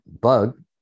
bug